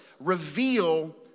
reveal